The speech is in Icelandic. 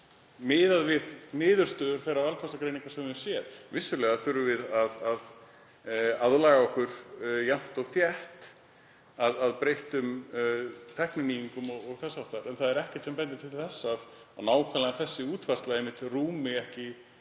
miðað við niðurstöður þeirra valkostagreininga sem við höfum séð? Vissulega þurfum við að laga okkur jafnt og þétt að breyttum tækninýjungum og þess háttar en það er ekkert sem bendir til þess að nákvæmlega þessi útfærsla rúmi ekki